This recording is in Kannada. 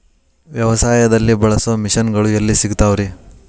ವ್ಯವಸಾಯದಲ್ಲಿ ಬಳಸೋ ಮಿಷನ್ ಗಳು ಎಲ್ಲಿ ಸಿಗ್ತಾವ್ ರೇ?